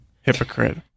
Hypocrite